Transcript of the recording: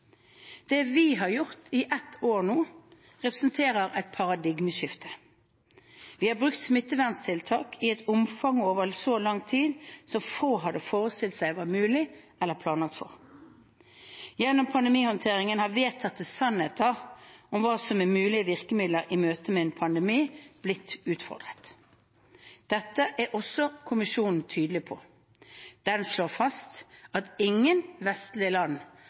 Det vi har gjort i over ett år nå, representerer et paradigmeskifte. Vi har brukt smitteverntiltak i et omfang og over så lang tid som få hadde forestilt seg var mulig eller planlagt for. Gjennom pandemihåndteringen har vedtatte sannheter om hva som er mulige virkemidler i møte med en pandemi, blitt utfordret. Dette er også kommisjonen tydelig på. Den slår fast at ingen vestlige land